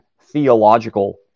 theological